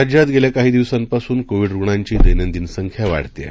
राज्यात गेल्या काही दिवसांपासून कोविड रुग्णांची दैनंदिन संख्या वाढत आहे